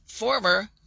Former